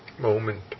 moment